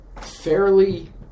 Fairly